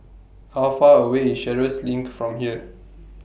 How Far away IS Sheares LINK from here